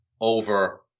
over